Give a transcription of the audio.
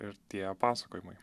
ir tie pasakojimai